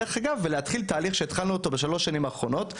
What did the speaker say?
ולהתחיל תהליך שאותו התחלנו בשלוש השנים האחרונות,